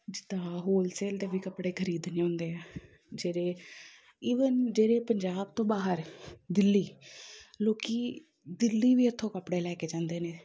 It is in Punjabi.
ਜਿੱਦਾਂ ਹੋਲਸੇਲ ਦੇ ਵੀ ਕੱਪੜੇ ਖਰੀਦਣੇ ਹੁੰਦੇ ਜਿਹੜੇ ਈਵਨ ਜਿਹੜੇ ਪੰਜਾਬ ਤੋਂ ਬਾਹਰ ਦਿੱਲੀ ਲੋਕ ਦਿੱਲੀ ਵੀ ਇੱਥੋਂ ਕੱਪੜੇ ਲੈ ਕੇ ਜਾਂਦੇ ਨੇ